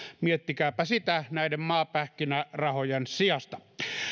miettikääpä sitä näiden maapähkinärahojen sijasta